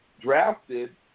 drafted